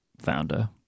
founder